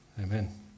amen